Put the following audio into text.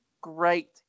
Great